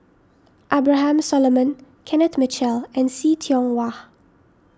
Abraham Solomon Kenneth Mitchell and See Tiong Wah